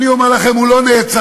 אני אומר לכם, הוא לא נעצר.